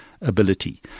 ability